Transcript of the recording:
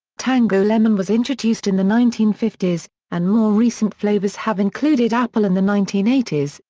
tango lemon was introduced in the nineteen fifty s, and more recent flavours have included apple in the nineteen eighty s,